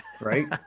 right